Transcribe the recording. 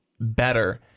better